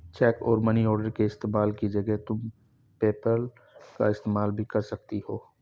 check और money order के इस्तेमाल की जगह तुम पेपैल का इस्तेमाल भी कर सकती हो